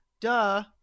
Duh